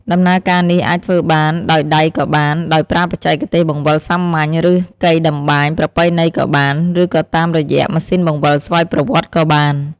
ដំណើរការនេះអាចធ្វើបាន ដោយដៃក៏បាន ដោយប្រើបច្ចេកទេសបង្វិលសាមញ្ញ ឬកីតម្បាញប្រពៃណីក៏បាន ឬក៏តាមរយៈម៉ាស៊ីនបង្វិលស្វ័យប្រវត្តិក៏បាន។